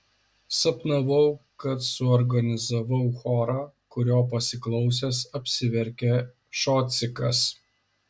sapnavau kad suorganizavau chorą kurio pasiklausęs apsiverkė šocikas